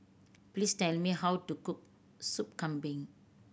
please tell me how to cook Sop Kambing